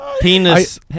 Penis